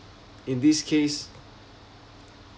in this case